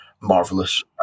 marvelous